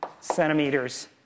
centimeters